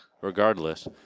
Regardless